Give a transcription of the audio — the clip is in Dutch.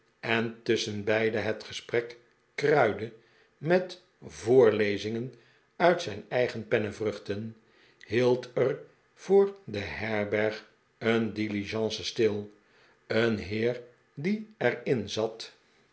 en tusschenbeide het gesprek kruidde met voorlezingen uit zijn eigen pennevruchten hield er voor de herberg een diligence stil een heer die er in zat